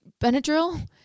Benadryl